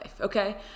okay